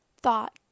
thought